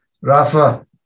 Rafa